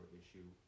issue